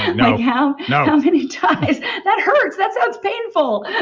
like how many times that hurts. that sounds painful.